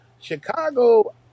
Chicago